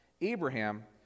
Abraham